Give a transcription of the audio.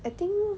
I think